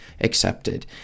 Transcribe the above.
accepted